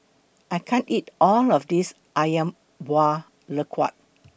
I can't eat All of This Ayam Buah Keluak